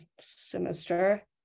semester